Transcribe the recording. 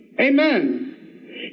amen